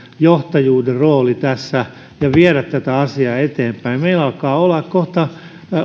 johtajuuden rooli tässä ja viedä tätä asiaa eteenpäin meillä alkaa olla kohta